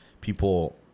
people